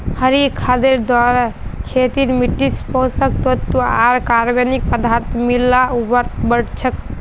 हरी खादेर द्वारे खेतेर मिट्टित पोषक तत्त्व आर कार्बनिक पदार्थक मिला ल उर्वरता बढ़ छेक